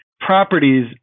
properties